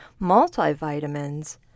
multivitamins